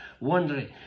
wondering